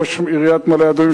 ראש עיריית מעלה-אדומים,